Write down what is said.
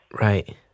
right